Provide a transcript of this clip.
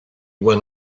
went